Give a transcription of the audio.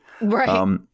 Right